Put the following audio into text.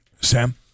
Sam